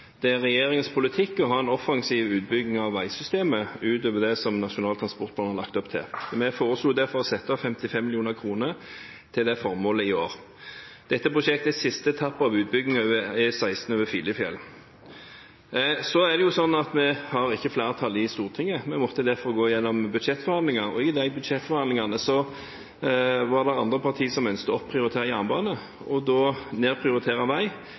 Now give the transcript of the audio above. Det er regjeringens politikk å ha en offensiv utbygging av veisystemet utover det som Nasjonal transportplan har lagt opp til. Vi foreslo derfor å sette av 55 mill. kr til det formålet i år. Dette prosjektet er siste etappe av utbygging av E16 over Filefjell. Så er det sånn at vi har ikke flertall i Stortinget. Vi måtte derfor gå gjennom budsjettforhandlinger, og i de budsjettforhandlingene var det andre parti som ønsket å opprioritere jernbane og nedprioritere vei.